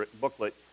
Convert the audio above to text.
booklet